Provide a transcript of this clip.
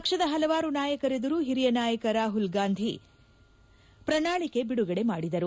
ಪಕ್ಷದ ಹಲವಾರು ನಾಯಕರೆದುರು ಹಿರಿಯ ನಾಯಕ ರಾಹುಲ್ ಗಾಂಧಿ ಪ್ರಣಾಳಿಕೆ ಬಿಡುಗಡೆ ಮಾಡಿದರು